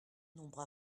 nombre